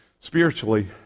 Spiritually